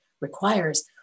requires